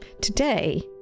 Today